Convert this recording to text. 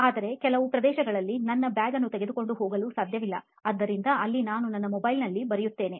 ಆದರೆ ಕೆಲವು ಪ್ರದೇಶಗಳಲ್ಲಿ ನನ್ನ bag ಅನ್ನು ತೆಗೆದುಕೊಳ್ಳಲು ಹೋಗಲು ಸಾಧ್ಯವಿಲ್ಲ ಆದ್ದರಿಂದ ಅಲ್ಲಿ ನಾನು ನನ್ನ mobile phoneನಲ್ಲಿ ಬರೆಯುತ್ತೇನೆ